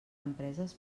empreses